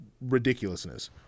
ridiculousness